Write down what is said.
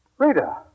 Rita